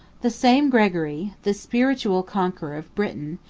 the same gregory, the spiritual conqueror of britain,